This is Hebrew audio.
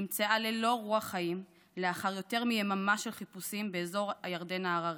נמצאה ללא רוח חיים לאחר יותר מיממה של חיפושים באזור הירדן ההררי.